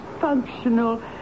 functional